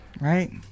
Right